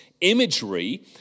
Imagery